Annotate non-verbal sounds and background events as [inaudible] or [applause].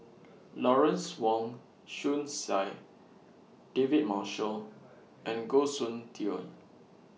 [noise] Lawrence Wong Shyun Tsai David Marshall and Goh Soon Tioe